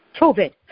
COVID